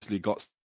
got